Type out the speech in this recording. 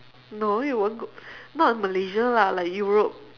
no you won't go not in Malaysia lah like Europe